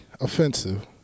offensive